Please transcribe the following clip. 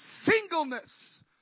singleness